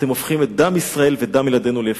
אתם הופכים את דם ישראל ודם ילדינו להפקר.